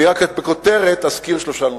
אני אזכיר רק בכותרות שלושה נושאים.